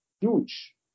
huge